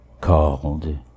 called